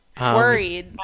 Worried